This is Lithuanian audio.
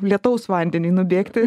lietaus vandeniui nubėgti